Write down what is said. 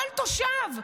כל תושב,